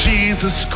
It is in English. Jesus